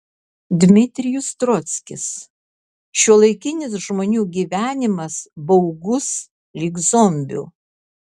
dmitrijus trockis šiuolaikinis žmonių gyvenimas baugus lyg zombių